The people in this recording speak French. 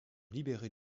libérés